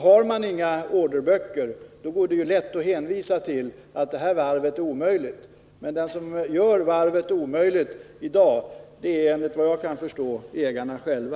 Har man inga orderböcker vore det ju lätt att hänvisa till att det här varvet är omöjligt. Men de som gör varvet omöjligt i dag är, enligt vad jag kan förstå, ägarna själva.